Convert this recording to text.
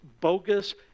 bogus